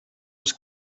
was